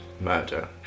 Murder